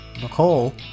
Nicole